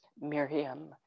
Miriam